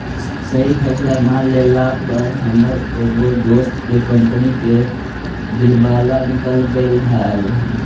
सही फैसला न लेला पर हमर एगो दोस्त के कंपनी के दिवाला निकल गेलई हल